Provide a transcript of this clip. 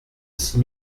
six